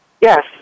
Yes